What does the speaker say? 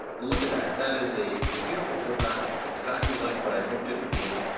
and look at that. that is a a beautiful toolpath, exactly like what i'd hoped it would be.